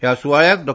ह्या सुवाळ्यागक डॉ